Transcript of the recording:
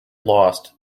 lost